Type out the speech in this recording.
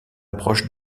proche